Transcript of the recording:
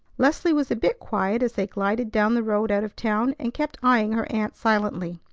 leslie was a bit quiet as they glided down the road out of town, and kept eyeing her aunt silently.